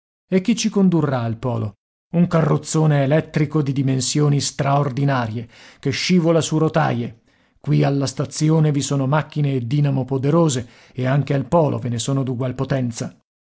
e chi ci condurrà al polo un carrozzone elettrico di dimensioni straordinarie che scivola su rotaie qui alla stazione vi sono macchine e dinamo poderose e anche al polo ve ne sono d'ugual potenza